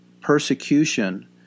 persecution